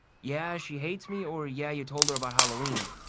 yeah, she hates me or yeah, you told her about halloween?